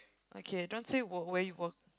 okay don't say work where you work